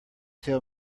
tell